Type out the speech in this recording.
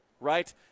right